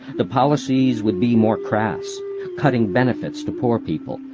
the policies would be more crass cutting benefits to poor people,